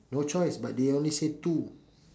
no choice but they only say two